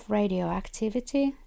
radioactivity